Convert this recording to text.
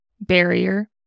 barrier